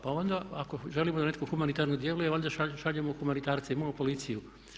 Pa onda ako želimo da netko humanitarno djeluje valjda šaljemo humanitarce, imamo policiju.